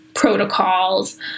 protocols